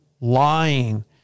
lying